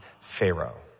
Pharaoh